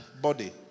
Body